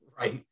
Right